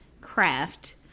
craft